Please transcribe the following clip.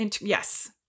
Yes